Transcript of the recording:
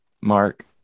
Mark